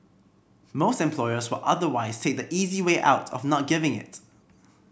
most employers will otherwise take the easy way out of not giving it